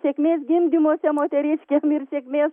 sėkmės gimdymuose moteriškėm ir sėkmės